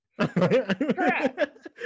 correct